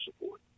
support